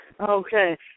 Okay